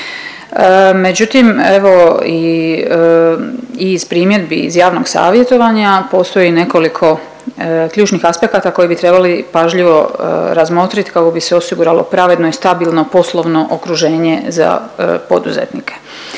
Međutim evo i, i iz primjedbi i iz javnog savjetovanja postoji nekoliko ključnih aspekata koji bi trebali pažljivo razmotrit kako bi se osiguralo pravedno i stabilno poslovno okruženje za poduzetnike.